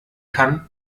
kann